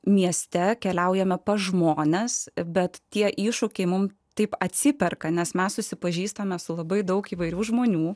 mieste keliaujame pas žmones bet tie iššūkiai mums taip atsiperka nes mes susipažįstame su labai daug įvairių žmonių